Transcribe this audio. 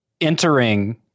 entering